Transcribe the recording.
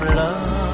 love